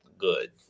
good